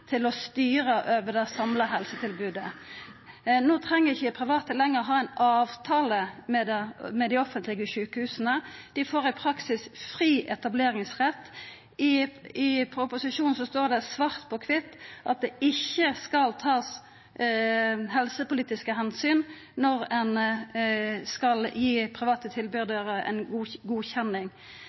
til å styra over det samla helsetilbodet. No treng ikkje private lenger ha ein avtale med dei offentlege sjukehusa, dei får i praksis fri etableringsrett. I proposisjonen står det svart på kvitt at det ikkje skal takast helsepolitiske omsyn når ein skal gi private tilbydarar godkjenning. Det er det som er poenget her, ikkje at ein